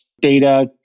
data